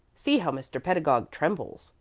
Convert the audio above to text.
see how mr. pedagog trembles?